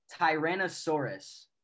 Tyrannosaurus